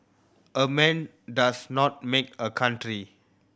a man does not make a country